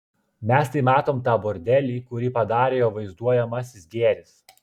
mes tai matom tą bordelį kurį padarė jo vaizduojamasis gėris